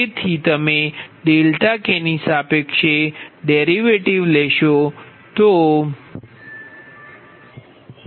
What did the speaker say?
તેથી તમે kની સાપેક્ષે ડેરિવેટિવ લો